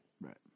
Right